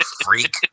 freak